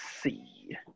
see